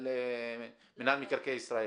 או למנהל מקרקעי ישראל?